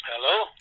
Hello